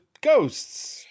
ghosts